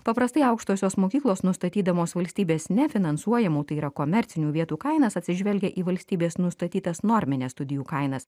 paprastai aukštosios mokyklos nustatydamos valstybės nefinansuojamų tai yra komercinių vietų kainas atsižvelgia į valstybės nustatytas normines studijų kainas